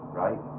right